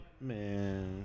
Man